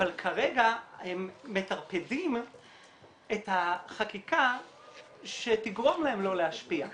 אבל כרגע הם מטרפדים את החקיקה שתגרום להם לא להשפיע.